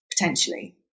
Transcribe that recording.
potentially